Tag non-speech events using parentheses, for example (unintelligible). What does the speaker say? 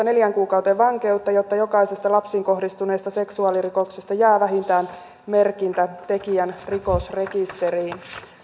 (unintelligible) neljään kuukauteen vankeutta jotta jokaisesta lapseen kohdistuneesta seksuaalirikoksesta jää vähintään merkintä tekijän rikosrekisteriin